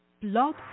Blog